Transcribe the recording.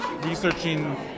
researching